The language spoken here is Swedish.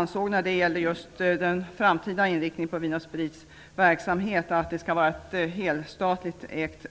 När det gäller den framtida inriktningen av Vin & Alkoholkommissionen att det bolaget skall vara helt statligt ägt.